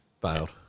Bailed